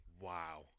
Wow